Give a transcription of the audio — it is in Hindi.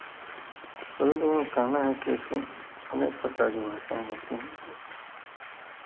सभी लोगों का कहना है कि इसमें अनेक प्रकार की भाषाएं होती हैं जो कि